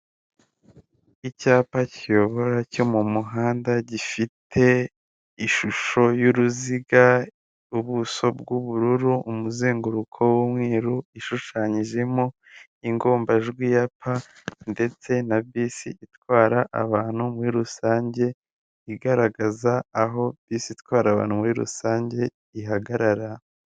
Icyapa kiyobora cyo mu muhanda, gifite ishusho y'ruziga ubuso bw'ubururu umuzenguruko w'umweru ishushanyijemo ingombajwi ya pa ndetse na bisi itwara abantu muri rusange, igaragaza aho bisi itwara abantu muri rusange ihagarara.